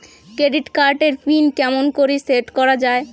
Credit card এর pin কেমন করি সেট করা য়ায়?